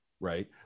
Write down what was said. right